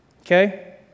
Okay